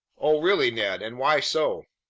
oh really, ned! and why so?